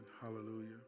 Hallelujah